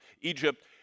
egypt